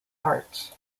parts